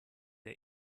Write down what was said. der